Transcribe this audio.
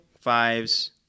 Fives